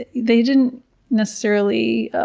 they didn't necessarily,